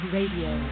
Radio